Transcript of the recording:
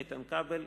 איתן כבל,